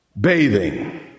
bathing